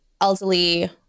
elderly